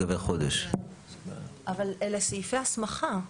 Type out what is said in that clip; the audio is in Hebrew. אבל אלה סעיפי הסמכה.